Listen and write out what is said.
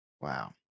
wow